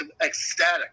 ecstatic